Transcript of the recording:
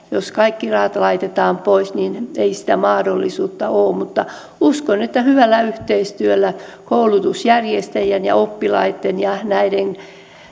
jos kaikki rahat laitetaan pois niin ei sitä mahdollisuutta ole mutta uskon että kun hyvällä yhteistyöllä koulutusjärjestäjien ja oppilaitten ja muiden